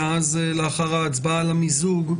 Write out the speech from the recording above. ולאחר ההצבעה על המיזוג,